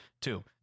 two